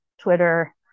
twitter